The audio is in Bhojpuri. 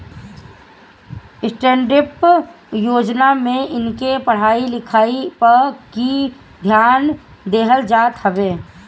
स्टैंडडप योजना में इनके पढ़ाई लिखाई पअ भी ध्यान देहल जात हवे